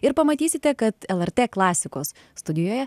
ir pamatysite kad lrt klasikos studijoje